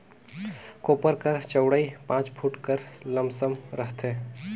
कोपर कर चउड़ई पाँच फुट कर लमसम रहथे